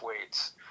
weights